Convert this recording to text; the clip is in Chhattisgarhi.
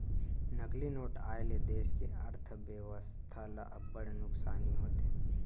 नकली नोट आए ले देस के अर्थबेवस्था ल अब्बड़ नुकसानी होथे